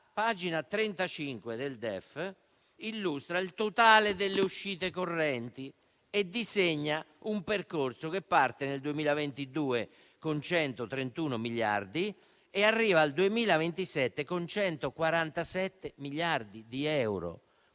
pagina 35 del DEF illustra il totale delle uscite correnti e disegna un percorso che parte nel 2022 con 131 miliardi e arriva al 2027 con 147 miliardi di euro,